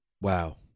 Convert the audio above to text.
Wow